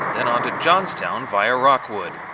then on to johnstown via rockwood.